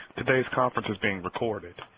today's conference is being recorded,